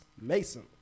mason